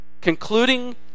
Concluding